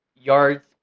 yards